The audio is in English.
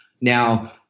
Now